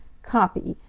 copy!